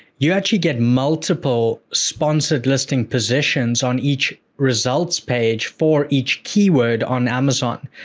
you actually get multiple sponsored listing positions on each results page for each keyword on amazon.